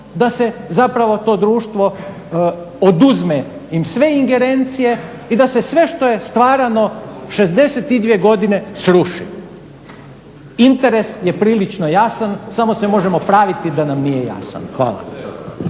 da se zapravo to društvo oduzme im sve ingerencije i da se sve što je stvarano 62 godine sruši. Interes je prilično jasan samo se možemo praviti da nam nije jasan. Hvala.